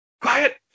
Quiet